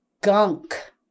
gunk